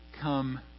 come